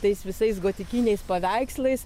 tais visais gotikiniais paveikslais